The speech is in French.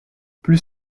plus